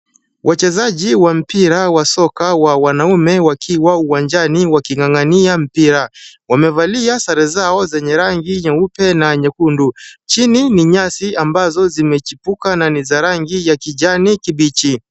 Wachezaji wa mpira wa soka wa wanaume wakiwa uwanjani waking'ang'ania mpira. Wamevalia sare zao zenye rangi nyeupe na nyekundu. Chini ni yasi ambazo zimechipuka na ni za rangi ya kijani kibichi.